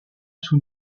sous